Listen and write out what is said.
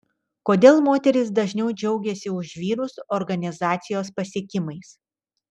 kodėl moterys dažniau džiaugiasi už vyrus organizacijos pasiekimais